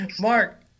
Mark